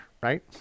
right